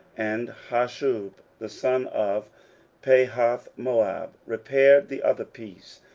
and hashub the son of pahathmoab, repaired the other piece,